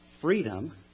freedom